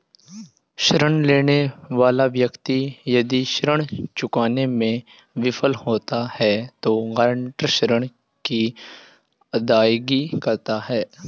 ऋण लेने वाला व्यक्ति यदि ऋण चुकाने में विफल होता है तो गारंटर ऋण की अदायगी करता है